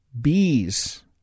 bees